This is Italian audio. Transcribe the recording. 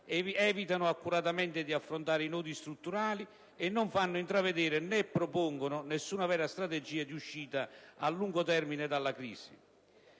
evitano accuratamente di affrontare i nodi strutturali e non fanno intravedere, né la propongono, alcuna vera strategia di uscita a lungo termine dalla crisi.